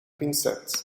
pincet